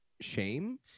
shame